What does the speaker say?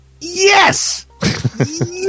yes